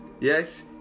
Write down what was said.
yes